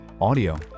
audio